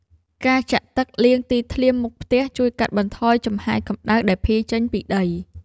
ការចាក់ទឹកលាងទីធ្លាមុខផ្ទះ ជួយកាត់បន្ថយចំហាយកម្ដៅដែលភាយចេញពីដី។